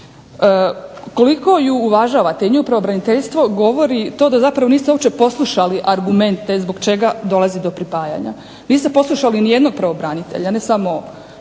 Koliko ju uvažavate i nju i pravobraniteljstvo govori to da zapravo niste uopće poslušali argumente zbog čega dolazi do pripajanja. Niste poslušali nijednog pravobranitelja, ne samo